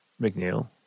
McNeil